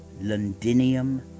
Londinium